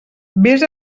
vés